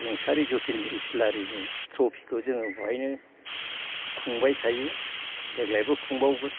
रुंसारि जतिन इसलारिनि ट्रफिखौ जोङो बेवहायनो खुंबाय थायो देग्लायबो खुंबावगोन